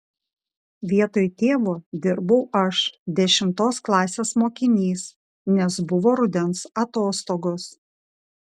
vietoj tėvo dirbau aš dešimtos klasės mokinys nes buvo rudens atostogos